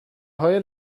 های